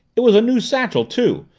it was a new satchel too.